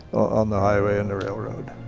on the highway and the railroad.